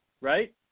right